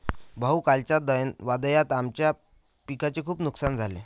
भाऊ, कालच्या वादळात आमच्या पिकाचे खूप नुकसान झाले